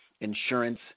insurance